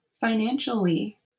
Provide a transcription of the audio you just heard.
financially